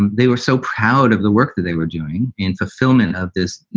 and they were so proud of the work that they were doing in fulfillment of this